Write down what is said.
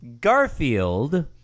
Garfield